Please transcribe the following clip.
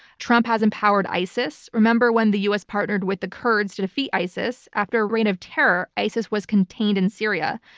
trump has empowered isis. remember when the us partnered with the kurds to defeat isis? after a reign of terror, isis was contained in syria.